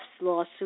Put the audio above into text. lawsuit